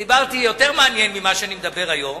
אז דיברתי יותר מעניין ממה שאני מדבר היום,